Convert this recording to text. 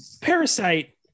Parasite